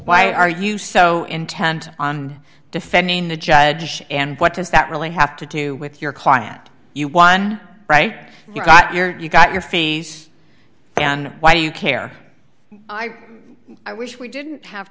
why are you so intent on defending the judge and what does that really have to do with your client you want right you got your you got your fees and why do you care i wish we didn't have